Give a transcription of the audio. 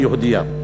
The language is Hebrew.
היא יהודייה.